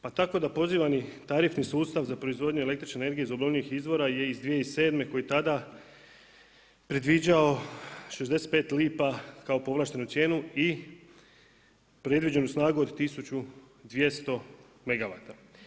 Pa tako da pozivani tarifni sustav za proizvodnju električne energije iz obnovljivih izvora je iz 2007. koji tada predviđao 65 lipa kao povlaštenu cijenu i predviđenu snagu od 1200 megavata.